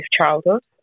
childhood